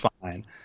fine